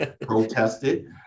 protested